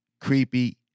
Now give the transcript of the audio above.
creepy